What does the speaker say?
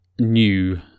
new